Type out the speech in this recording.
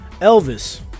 Elvis